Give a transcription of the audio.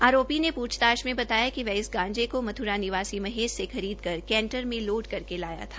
आरोपी ने पूछताछ में बताया कि वह इस गांजे को मथुरा निवासी महेश से खरीद कर कैंटर में लोड करके लाया था